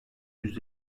yüz